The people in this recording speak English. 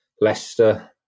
Leicester